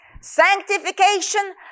sanctification